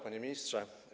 Panie Ministrze!